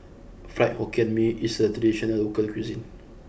Fried Hokkien Mee is a traditional local cuisine